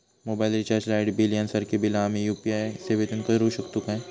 Mobile recharge, light bill यांसारखी बिला आम्ही यू.पी.आय सेवेतून करू शकतू काय?